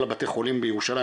כל בתי החולים בירושלים,